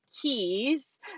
keys